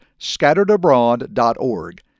scatteredabroad.org